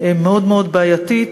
מאוד מאוד בעייתית,